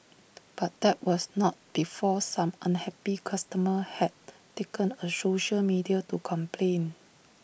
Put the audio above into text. but that was not before some unhappy customers had taken A social media to complain